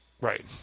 Right